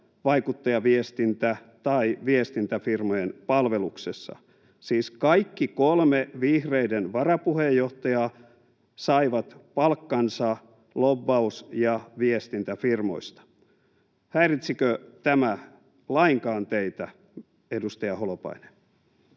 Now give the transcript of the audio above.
vaikuttajaviestintä- tai viestintäfirmojen palveluksessa. Siis kaikki kolme vihreiden varapuheenjohtajaa saivat palkkansa lobbaus- ja viestintäfirmoista. Häiritsikö tämä lainkaan teitä, edustaja Holopainen?